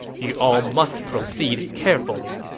you all must proceed carefully.